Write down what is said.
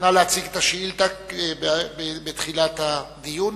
נא להציג את השאילתא בתחילת הדיון,